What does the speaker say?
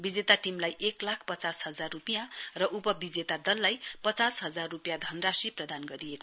विजेता टीमलाई एक लाख पचास हजार रुपियाँ र उपविजेता दललाई पचास हजार रुपियाँ धनराशि प्रदान गरियो